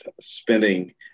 spending